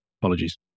apologies